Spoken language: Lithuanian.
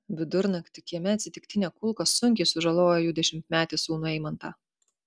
vidurnaktį kieme atsitiktinė kulka sunkiai sužalojo jų dešimtmetį sūnų eimantą